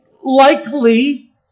likely